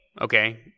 okay